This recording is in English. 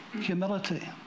humility